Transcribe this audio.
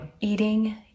Eating